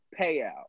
payout